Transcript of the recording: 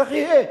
כך יהיה.